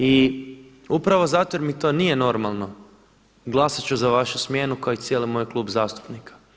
I upravo zato jer mi to nije normalno glasat ću za vašu smjenu kao i cijeli moj klub zastupnika.